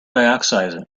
dioxide